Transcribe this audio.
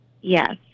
Yes